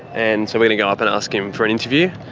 and so we're gonna go up and ask him for an interview.